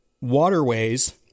waterways